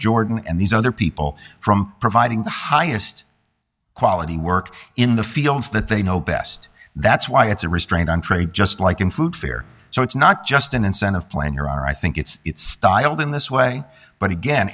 jordan and these other people from providing the highest quality work in the fields that they know best that's why it's a restraint on trade just like in food fair so it's not just an incentive plan your honor i think it's styled in this way but again